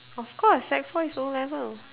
of course sec four is O-level